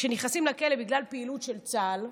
שנכנסים לכלא בגלל פעילות של צה"ל,